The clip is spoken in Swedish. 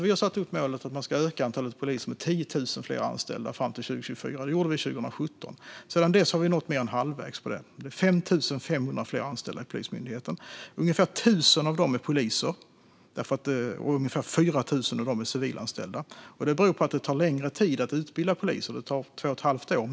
Vi har satt upp målet att öka antalet poliser med 10 000 fler anställda fram till 2024. Det gjorde vi 2017. Sedan dess har vi nått mer än halvvägs. Det finns 5 500 fler anställda i Polismyndigheten. Ungefär tusen av dem är poliser och ungefär 4 000 av dem är civilanställda. Det beror på att det tar längre tid att utbilda poliser - det tar minst två och ett halvt år.